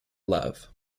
love